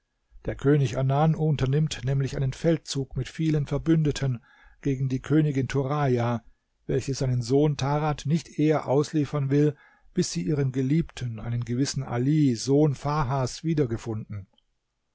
der könig anan unternimmt nämlich einen feldzug mit vielen verbündeten gegen die königin turaja welche seinen sohn tarad nicht eher ausliefern will bis sie ihren geliebten einen gewissen ali sohn farhas wiedergefunden